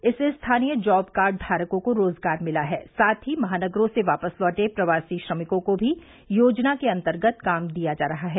इससे स्थानीय जॉब कार्डधारकों को रोजगार मिला है साथ ही महानगरों से वापस लौटे प्रवासी श्रमिकों को भी योजना के अंतर्गत काम दिया जा रहा है